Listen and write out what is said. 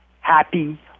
happy